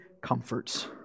comforts